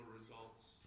results